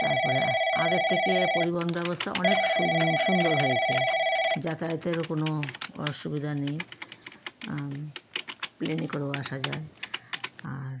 তারপরে আগের থেকে পরিবহন ব্যবস্থা অনেক সুন সুন্দর হয়েছে যাতায়াতেরও কোনও অসুবিধা নেই প্লেনে করেও আসা যায় আর